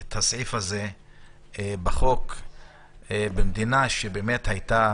את הסעיף הזה בחוק במדינה שבאמת הייתה